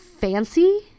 fancy